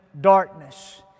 darkness